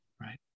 Right